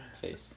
face